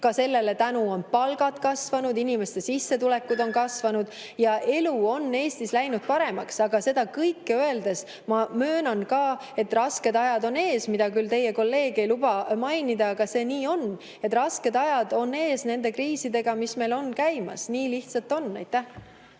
sellele on palgad kasvanud, inimeste sissetulekud on kasvanud ja elu on Eestis läinud paremaks. Aga seda kõike öeldes ma möönan ka, et rasked ajad on ees. Teie kolleeg ei luba seda küll mainida, aga see nii on, et rasked ajad on ees nende kriiside tõttu, mis meil käimas on. Nii lihtsalt on. Aitäh!